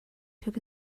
took